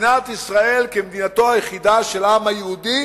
מדינת ישראל כמדינתו היחידה של העם היהודי,